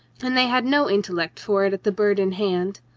and they had no intellect for it at the bird in hand.